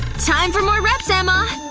time for more reps, emma!